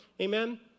Amen